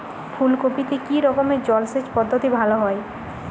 ফুলকপিতে কি রকমের জলসেচ পদ্ধতি ভালো হয়?